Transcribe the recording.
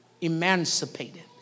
Emancipated